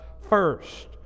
first